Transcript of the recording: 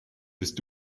bist